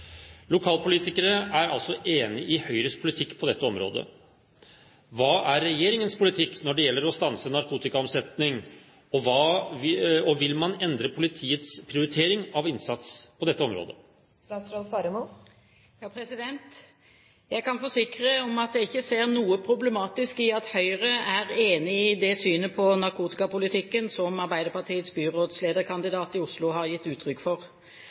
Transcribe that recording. Lokalpolitikere er altså enig i Høyres politikk på dette området. Hva er regjeringens politikk når det gjelder å stanse narkotikaomsetning, og vil man endre politiets prioritering av innsats på dette området?» Jeg kan forsikre om at jeg ikke ser noe problematisk i at Høyre er enig i det synet på narkotikapolitikken som Arbeiderpartiets byrådslederkandidat i Oslo har gitt uttrykk for.